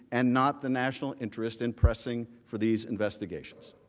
and not the national interest in pressing for these investigations.